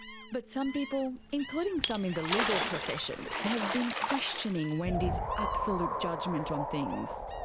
but some people. including some in the legal profession. have been questioning wendy's absolute judgement on things.